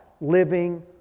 living